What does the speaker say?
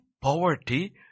poverty